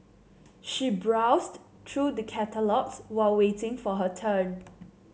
she browsed through the catalogues while waiting for her turn